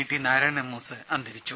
T Narayanan Moos അന്തരിച്ചു